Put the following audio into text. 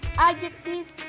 Adjectives